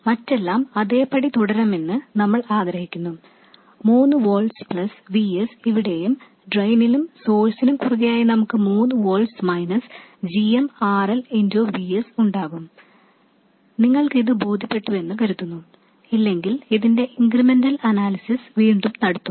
മറ്റെല്ലാം അതേപടി തുടരണമെന്ന് നമ്മൾ ആഗ്രഹിക്കുന്നു 3 volts Vs ഇവിടെയും ഡ്രെയിനിലും സോഴ്സിനും കുറുകെയായി നമുക്ക് 3 volts g m R L V s ഉണ്ടാകും നിങ്ങൾക്ക് ഇത് ബോധ്യപ്പെട്ടുവെന്ന് കരുതുന്നു ഇല്ലെങ്കിൽ ഇതിന്റെ ഇൻക്രിമെന്റൽ അനാലിസിസ് വീണ്ടും നടത്തുക